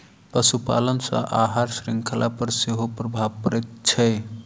पशुपालन सॅ आहार शृंखला पर सेहो प्रभाव पड़ैत छै